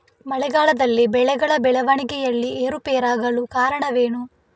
ಮಳೆಗಾಲದಲ್ಲಿ ಬೆಳೆಗಳ ಬೆಳವಣಿಗೆಯಲ್ಲಿ ಏರುಪೇರಾಗಲು ಕಾರಣವೇನು?